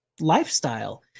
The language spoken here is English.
lifestyle